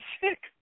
sick